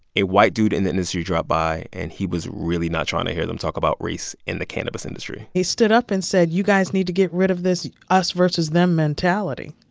a white dude in the industry dropped by, and he was really not trying to hear them talk about race in the cannabis industry he stood up and said, you guys need to get rid of this us-versus-them mentality.